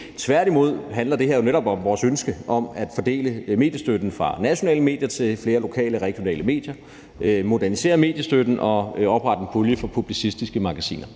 Tværtimod handler det her jo netop om vores ønske om at fordele mediestøtten fra nationale medier til flere lokale og regionale medier, modernisere mediestøtten og oprette en pulje for publicistiske magasiner.